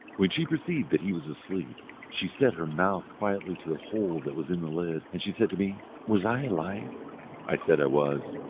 when she perceived that he was asleep, she set her mouth quietly to the hole that was in the lid, and she said to me was i alive i said i was.